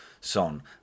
Son